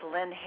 Lynn